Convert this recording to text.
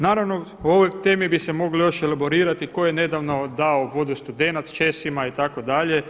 Naravno o ovoj temi bi se moglo još elaborirati tko je nedavno dao vodu Studenac Česima itd.